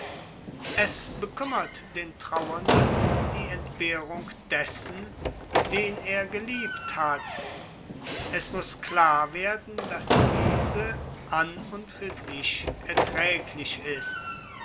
es bekümmert den trauernden die entbehrung dessen den er geliebt hat es muß klar werden daß diese an und für sich erträglich ist